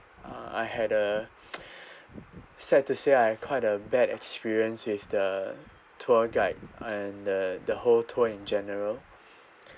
uh I had a sad to say I've quite a bad experience with the tour guide and the the whole tour in general